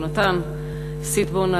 יהונתן שטבון,